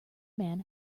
man